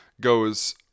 goes